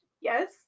Yes